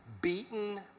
beaten